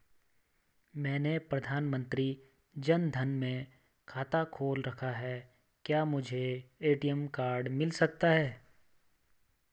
मैंने प्रधानमंत्री जन धन में खाता खोल रखा है क्या मुझे ए.टी.एम कार्ड मिल सकता है?